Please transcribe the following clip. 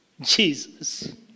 Jesus